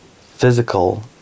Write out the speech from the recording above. physical